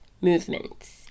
movements